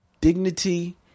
dignity